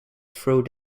through